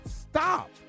Stop